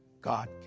God